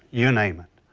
you name it.